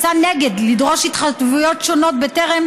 ויצא נגד לדרוש התחייבויות שונות בטרם